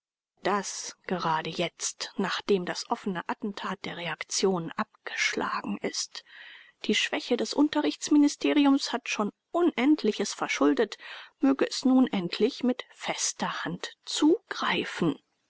das gerade jetzt nachdem das offene attentat der reaktion abgeschlagen ist die schwäche des unterrichtsministeriums hat schon unendliches verschuldet möge es nun endlich mit fester hand zugreifen